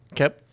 Okay